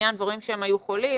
ורואים שהם היו חולים,